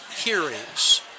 hearings